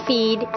Feed